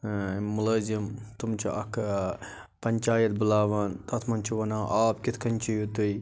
ٲں ملٲزِم تِم چھِ اَکھ ٲں پنچایت بُلاوان تَتھ منٛز چھِ ونان آب کِتھ کٲنۍ چیٚیو تُہۍ